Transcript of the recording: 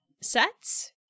sets